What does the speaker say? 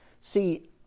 See